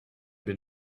been